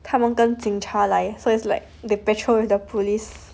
他们跟警察来 so it's like they patrol with the police